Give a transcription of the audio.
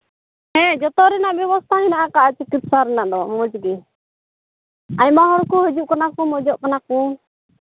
ᱦᱮᱸ ᱡᱚᱛᱚ ᱨᱮᱱᱟᱜ ᱵᱮᱵᱚᱥᱛᱷᱟ ᱢᱮᱱᱟᱜ ᱟᱠᱟᱫᱼᱟ ᱪᱤᱠᱤᱛᱥᱟ ᱨᱮᱱᱟᱜ ᱫᱚ ᱢᱚᱡᱽ ᱜᱮ ᱟᱭᱢᱟ ᱦᱚᱲ ᱠᱚ ᱦᱤᱡᱩᱜ ᱠᱟᱱᱟ ᱠᱚ ᱢᱚᱡᱚᱜ ᱠᱟᱱᱟ ᱠᱚ